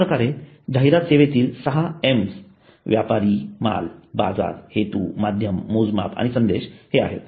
अश्याप्रकारे जाहिरात सेवेतील सहा Ms व्यापारी माल बाजार हेतू माध्यम मोजमाप आणि संदेश हे आहेत